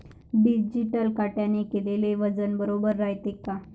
Digital काट्याने केलेल वजन बरोबर रायते का?